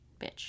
Bitch